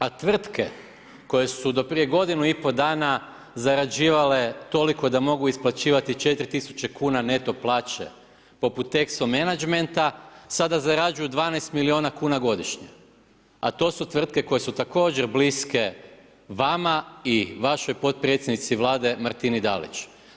A tvrtke koje su do prije godinu i pol dana zarađivale toliko da mogu isplaćivati 4 000 neto plaće poput Texo Menagmenta, sada zarađuju 12 milijuna kuna godišnje a to su tvrtke koje su također bliske vama i vašoj potpredsjednici Vlade Martini Dalić.